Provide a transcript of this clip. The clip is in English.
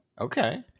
okay